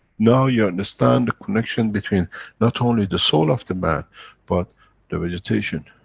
now you understand the connection between not only the soul of the man but the vegetation,